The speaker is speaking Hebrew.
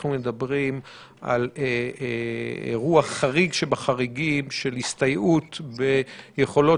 אנחנו מדברים על אירוע חריג שבחריגים של הסתייעות ביכולות